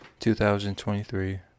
2023